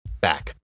back